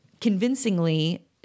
convincingly